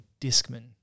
Discman